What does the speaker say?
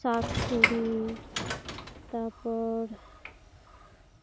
ᱥᱟᱸᱠ ᱪᱩᱲᱤ ᱛᱟᱨᱯᱚᱨ